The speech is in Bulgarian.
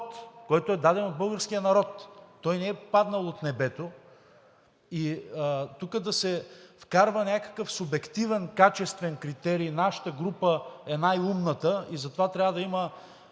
който е даден от българския народ – той не е паднал от небето, и да се вкарва тук някакъв субективен качествен критерий: „нашата група е най-умната и затова трябва да има